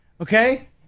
Okay